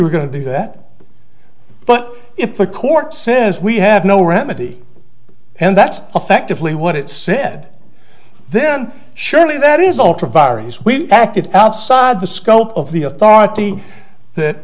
were going to do that but if the court says we have no remedy and that's effectively what it said then surely that is ultra vires we acted outside the scope of the authority that